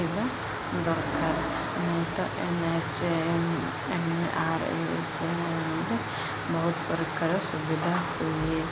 ରହିବା ଦରକାର ନାଇଁ ତ ଏନ୍ ଆର୍ ଏଚ୍ ଏମ୍ ଏମ୍ଆର୍ଏଚ୍ଏମ୍ରେ ବହୁତ ପ୍ରକାର ସୁବିଧା ହୁଏ